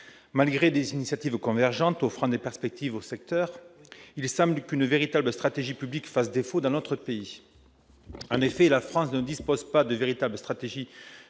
malgré des initiatives convergentes offrant des perspectives au secteur de la biomasse, il semble qu'une véritable stratégie publique fasse défaut dans notre pays. En effet, la France ne dispose pas de réelle stratégie